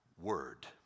word